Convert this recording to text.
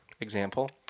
Example